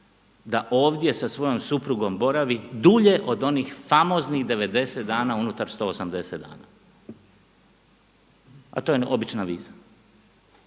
da ovdje sa svojom suprugom boravi dulje od onih famoznih 90 dana unutar 180 dana a to je obična viza.